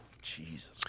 Jesus